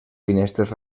finestres